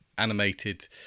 Animated